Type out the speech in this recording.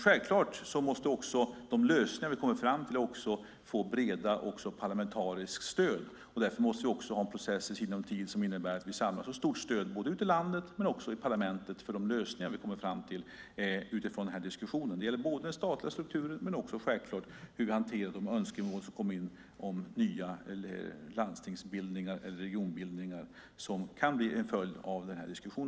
Självklart måste de lösningar vi kommer fram till få brett parlamentariskt stöd, och därför måste vi ha en process i sinom tid som innebär att vi samlar stort stöd både ute i landet och i parlamentet för de lösningar vi kommer fram till utifrån den här diskussionen. Det gäller både den statliga strukturen och hur vi hanterar de önskemål som kommer in om nya landstings eller regionbildningar som kan bli en följd av denna diskussion.